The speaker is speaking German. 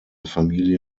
familie